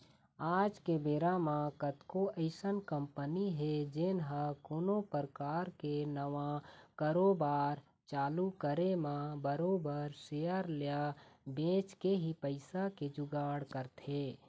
आज के बेरा म कतको अइसन कंपनी हे जेन ह कोनो परकार के नवा कारोबार चालू करे म बरोबर सेयर ल बेंच के ही पइसा के जुगाड़ करथे